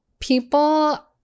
People